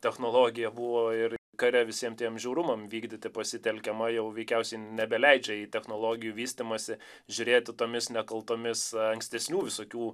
technologija buvo ir kare visiem tiem žiaurumam vykdyti pasitelkiama jau veikiausiai nebeleidžia į technologijų vystymąsi žiūrėti tomis nekaltomis ankstesnių visokių